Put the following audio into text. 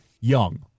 young